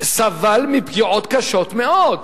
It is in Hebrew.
סבל מפגיעות קשות מאוד,